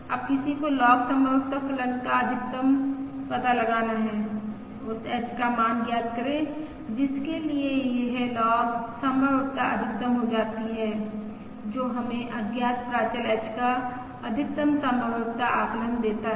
अब किसी को लॉग संभाव्यता फलन का अधिकतम पता लगाना है उस h का मान ज्ञात करें जिसके लिए यह लॉग संभाव्यता अधिकतम हो जाती है जो हमें अज्ञात प्राचल h का अधिकतम संभाव्यता आकलन देता है